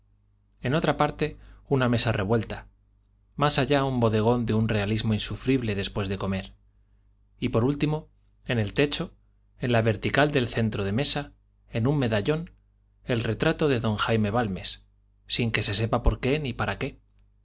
en otra parte una mesa revuelta más allá un bodegón de un realismo insufrible después de comer y por último en el techo en la vertical del centro de mesa en un medallón el retrato de don jaime balmes sin que se sepa por qué ni para qué